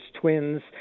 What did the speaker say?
twins